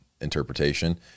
interpretation